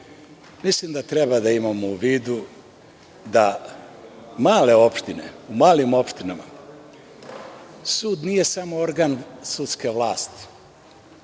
mislim da treba da imamo u vidu da u malim opštinama sud nije samo organ sudske vlasti,